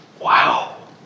Wow